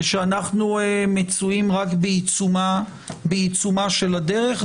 אנחנו מצויים רק בעיצומה של הדרך,